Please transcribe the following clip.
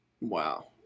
wow